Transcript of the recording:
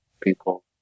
people